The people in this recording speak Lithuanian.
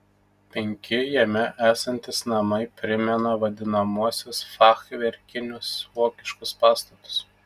penki jame esantys namai primena vadinamuosius fachverkinius vokiškus pastatus